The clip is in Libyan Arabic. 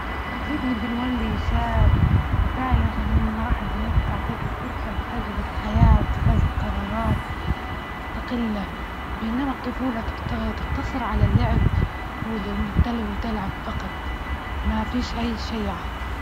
أكيد نبي نولي شاب بالغ من مراحل البلوغ تعطيك الفرصة لتجربة الحياة، واتخاذ القرارات مستقلة، بينما الطفولة تقت تقتصر على اللعب، وإللي إنك تلهو تلعب فقط. ما فيش أى شي آخر.